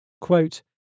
quote